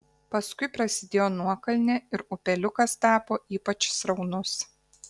paskui prasidėjo nuokalnė ir upeliukas tapo ypač sraunus